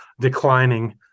declining